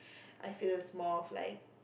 I feel it's more of like